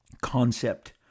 concept